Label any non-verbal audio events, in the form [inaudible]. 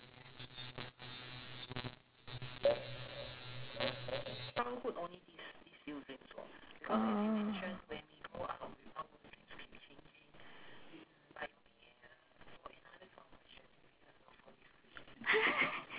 mm [laughs]